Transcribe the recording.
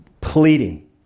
pleading